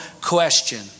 question